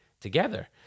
together